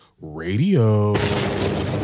radio